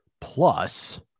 plus